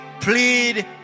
plead